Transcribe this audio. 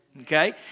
Okay